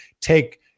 take